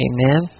Amen